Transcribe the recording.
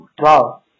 Wow